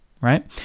right